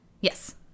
Yes